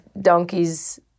donkey's